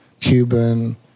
Cuban